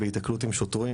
בהיתקלות עם שוטרים.